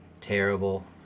terrible